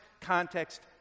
context